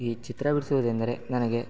ಈ ಚಿತ್ರ ಬಿಡಿಸುವುದೆಂದರೆ ನನಗೆ